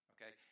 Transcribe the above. Okay